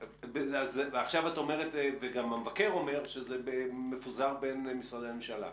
ועכשיו את אומרת וגם המבקר אומר שזה מפוזר בין משרדי הממשלה.